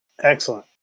Excellent